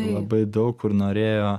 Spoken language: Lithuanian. labai daug kur norėjo